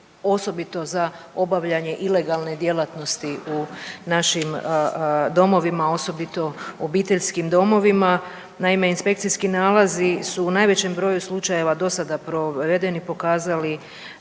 osobito za obavljanje ilegalne djelatnosti u našim domovima osobito obiteljskim domovima. Naime, inspekcijski nalazi su u najvećem broju slučajeva do sada provedeni pokazali